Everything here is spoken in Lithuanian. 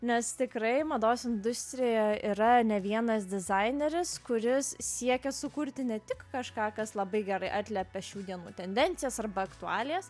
nes tikrai mados industrijoje yra ne vienas dizaineris kuris siekia sukurti ne tik kažką kas labai gerai atliepia šių dienų tendencijas arba aktualijas